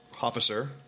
officer